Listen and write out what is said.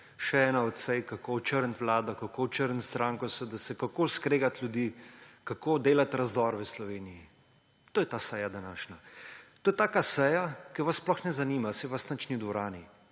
še ena od sej, kako očrniti vlado, kako očrniti stranko SDS, kako skregati ljudi, kako delati razdor v Sloveniji. To je ta seja današnja. To je taka seja, ki vas sploh ne zanima, saj vas nič ni v dvorani.